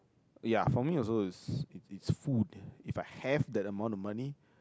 ya for me also is it's it's food if I had that amount of money